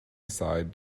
aside